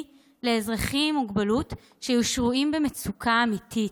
לאזרחים עם מוגבלויות שהיו שרויים במצוקה אמיתית.